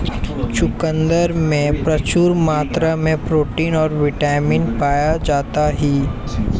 चुकंदर में प्रचूर मात्रा में प्रोटीन और बिटामिन पाया जाता ही